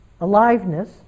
Aliveness